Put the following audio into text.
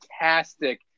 fantastic